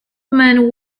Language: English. man